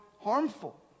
harmful